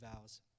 vows